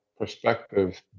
perspective